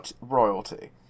royalty